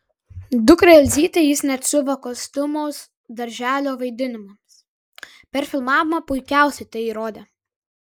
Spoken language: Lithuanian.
dukrai elzytei jis net siuva kostiumus darželio vaidinimams per filmavimą puikiausiai tai įrodė